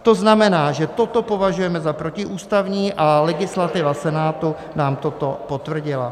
To znamená, že toto považujeme za protiústavní a legislativa Senátu nám toto potvrdila.